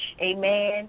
Amen